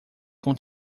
com